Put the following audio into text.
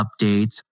updates